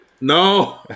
No